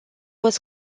was